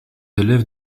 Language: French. élèves